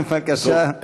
בבקשה,